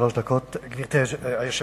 גברתי היושבת-ראש,